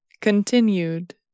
continued